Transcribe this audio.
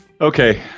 okay